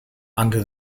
under